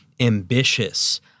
ambitious